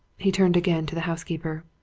he turned again to the housekeeper.